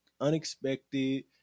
unexpected